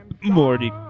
Morty